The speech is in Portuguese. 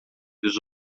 dos